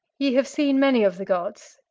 ye have seen many of the gods?